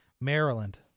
Maryland